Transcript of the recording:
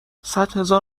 صدهزار